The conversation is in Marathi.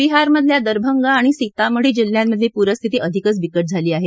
बिहारमधल्या दरभंगा आणि सीतामढी जिल्ह्यांमधली पूरस्थिती अधिक बिकट झाली आहे